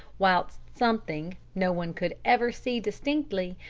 whilst something, no one could ever see distinctly,